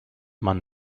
man